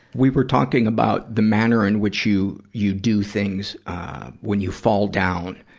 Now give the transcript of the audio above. we were talking about the manner in which you you do things when you fall down,